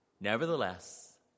Nevertheless